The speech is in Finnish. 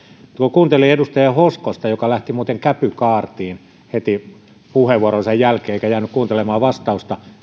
kuuntelin edustaja hoskosta joka lähti muuten käpykaartiin heti puheenvuoronsa jälkeen eikä jäänyt kuuntelemaan vastausta